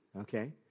okay